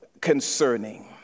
concerning